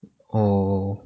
oh